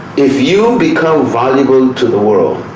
if you become valuable to the world,